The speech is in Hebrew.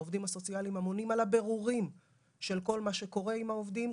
העובדים הסוציאליים אמונים על הבירורים של כל מה שקורה עם העובדים,